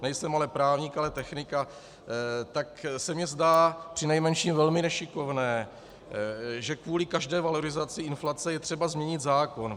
Nejsem právník, ale technik, tak se mně zdá přinejmenším velmi nešikovné, že kvůli každé valorizaci inflace je třeba změnit zákon.